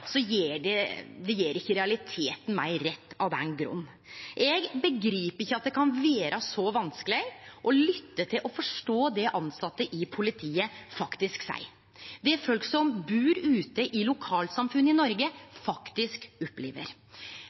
så vanskeleg å lytte til og forstå det tilsette i politiet faktisk seier, det folk som bur ute i lokalsamfunn i Noreg, faktisk opplever.